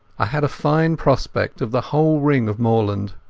i had a fine prospect of the whole ring of moorland.